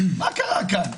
מה קרה כאן?